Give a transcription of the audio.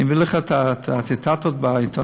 אני אביא לך את הציטטות בעיתונות,